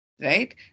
right